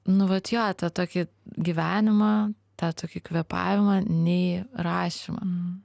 nu vat jo tą tokį gyvenimą tą tokį kvėpavimą nei rašymą